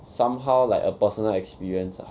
somehow like a personal experience ah